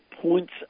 points